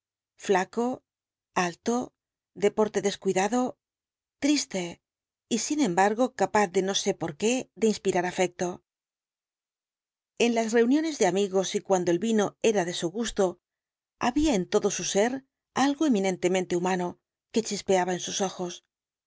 flaco alto de porte descuidado triste y sin embargo capaz no sé por qué de inspirar afecto en las reuniones de amigos y cuando el vino era de su gusto había en todo su ser algo eminentemente humano que chispeaba en sus ojos